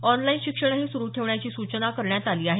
online शिक्षणही सुरू ठेवण्याची सुचना करण्यात आली आहे